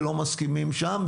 ולא מסכימים שם,